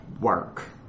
work